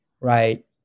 right